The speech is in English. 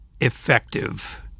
effective